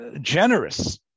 generous